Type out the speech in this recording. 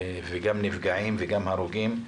נפגעים והרוגים.